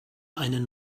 einen